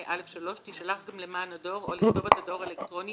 (א)(3) תישלח גם למען הדואר או לכתובת הדואר האלקטרוני